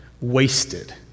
wasted